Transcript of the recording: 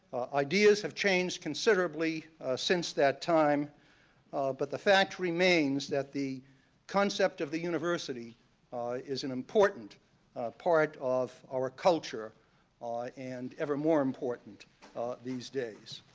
ideas have changed considerably since that time but the fact remains that the concept of the university is an important part of our culture and ever more important these days.